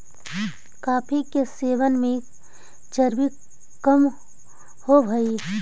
coffee के सेवन से चर्बी कम होब हई